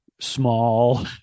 small